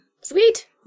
Sweet